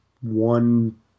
one